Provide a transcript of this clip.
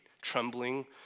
trembling